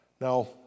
Now